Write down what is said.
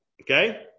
okay